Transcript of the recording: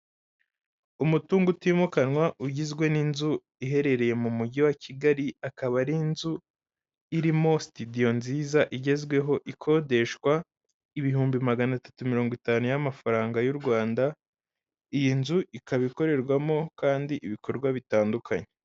Umutungo utimukanwa ugizwe n'inzu iherereye mu mujyi wa Kigali, akaba ari inzu irimo sitidiyo nziza igezweho ikodeshwa ibihumbi magana atatu mirongo itanu y'amafaranga y'u Rwanda, iyi nzu ikaba ikorerwamo kandi ibikorwa bitandukanye.